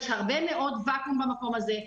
יש הרבה מאוד ואקום במקום הזה.